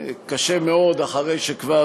לפני חצי שנה חודשה החקירה.